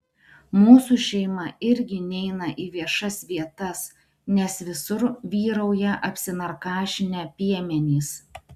mūsų šeima irgi neina į viešas vietas nes visur vyrauja apsinarkašinę piemenys